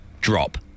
Drop